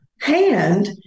hand